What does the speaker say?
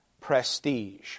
prestige